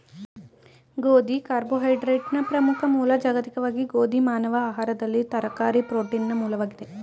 ಗೋಧಿ ಕಾರ್ಬೋಹೈಡ್ರೇಟ್ನ ಪ್ರಮುಖ ಮೂಲ ಜಾಗತಿಕವಾಗಿ ಗೋಧಿ ಮಾನವ ಆಹಾರದಲ್ಲಿ ತರಕಾರಿ ಪ್ರೋಟೀನ್ನ ಮೂಲವಾಗಿದೆ